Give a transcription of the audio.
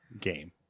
game